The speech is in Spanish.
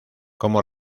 como